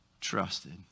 trusted